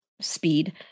speed